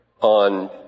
on